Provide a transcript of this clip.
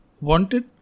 Wanted